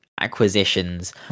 acquisitions